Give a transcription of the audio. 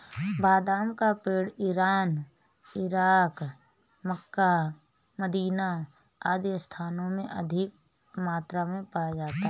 बादाम का पेड़ इरान, इराक, मक्का, मदीना आदि स्थानों में अधिक मात्रा में पाया जाता है